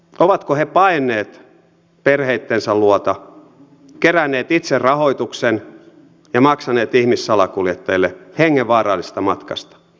ovatko he paenneet perheittensä luota keränneet itse rahoituksen ja maksaneet ihmissalakuljettajille hengenvaarallisesta matkasta